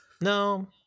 no